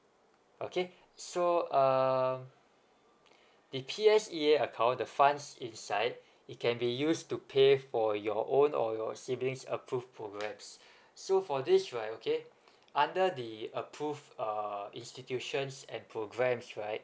okay so um the P_S_E_A account the funds inside it can be used to pay for your own or your sibling's approved programs so for this right okay under the approved uh institutions and programs right